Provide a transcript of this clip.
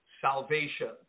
salvation